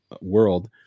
world